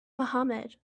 mohamed